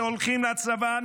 הולכים לצבא,